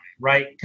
right